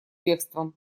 бегством